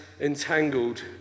entangled